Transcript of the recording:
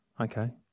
Okay